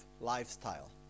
lifestyle